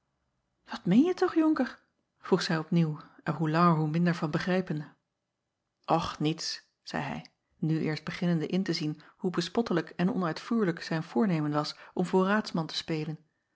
at meenje toch onker vroeg zij opnieuw er hoe langer hoe minder van begrijpende ch niets zeî hij nu eerst beginnende in te zien hoe bespottelijk en onuitvoerlijk zijn voornemen was om voor raadsman te spelen